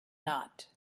not